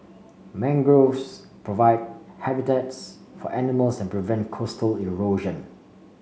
mangroves provide habitats for animals and prevent coastal erosion